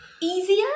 easier